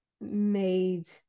made